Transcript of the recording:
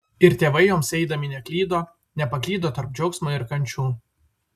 ir tėvai joms eidami neklydo nepaklydo tarp džiaugsmo ir kančių